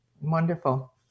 Wonderful